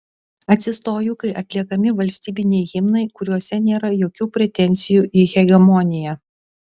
atsistoju kai atliekami valstybiniai himnai kuriuose nėra jokių pretenzijų į hegemoniją